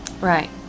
Right